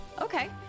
Okay